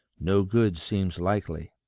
no good seems likely.